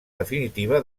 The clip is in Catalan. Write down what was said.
definitiva